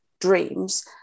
dreams